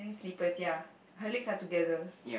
slippers ya her legs are together